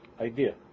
idea